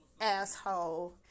asshole